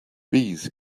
bees